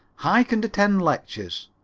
hike and attend lectures.